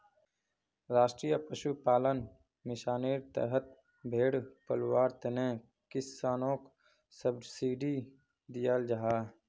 राष्ट्रीय पशुपालन मिशानेर तहत भेड़ पलवार तने किस्सनोक सब्सिडी दियाल जाहा